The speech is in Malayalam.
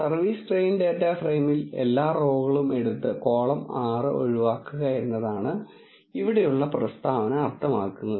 സർവീസ് ട്രെയിൻ ഡാറ്റ ഫ്രെയിമിൽ എല്ലാ റോകളും എടുത്ത് കോളം 6 ഒഴിവാക്കുക എന്നതാണ് ഇവിടെയുള്ള പ്രസ്താവന അർത്ഥമാക്കുന്നത്